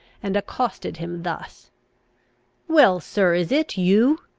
and accosted him thus well, sir, is it you?